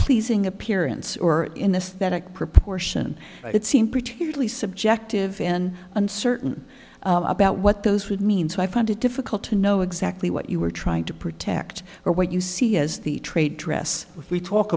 pleasing appearance or in this that proportion it seem particularly subjective and uncertain about what those would mean so i find it difficult to know exactly what you were trying to protect or what you see as the trade dress we talk